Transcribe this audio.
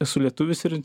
esu lietuvis ir